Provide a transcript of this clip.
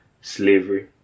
slavery